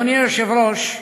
אדוני היושב-ראש,